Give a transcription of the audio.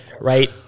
Right